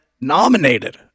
nominated